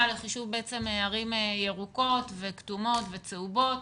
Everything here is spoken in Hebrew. לחישוב ערים ירוקות וכתומות וצהובות.